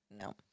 No